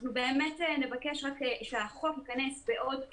אנחנו באמת נבקש שהחוק ייכנס בעוד כשנה,